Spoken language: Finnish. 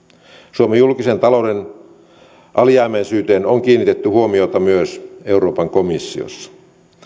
suomen julkisen talouden alijäämäisyyteen on kiinnitetty huomiota myös euroopan komissiossa